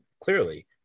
Clearly